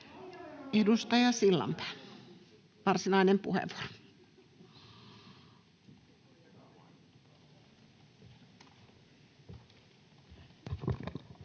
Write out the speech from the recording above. Edustaja Sillanpää, varsinainen puheenvuoro.